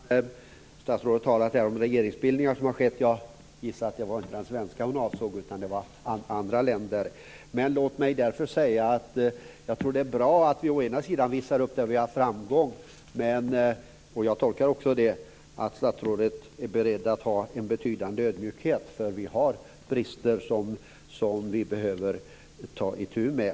Fru talman! Statsrådet talar här om regeringsbildningar som har skett. Jag gissar att det inte var den svenska hon avsåg utan andra länders. Låt mig säga att jag tror att det är bra att vi visar upp att vi har haft framgång. Jag tolkar också statsrådet så att hon är beredd att visa en betydande ödmjukhet här. Vi har brister som vi behöver ta itu med.